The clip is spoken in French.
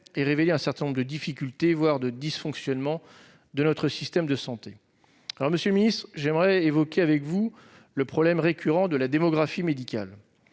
de révéler un certain nombre de difficultés, voire de dysfonctionnements de notre système de santé. Monsieur le ministre, j'évoquerai le problème récurrent de la démographie médicale.